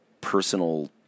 personal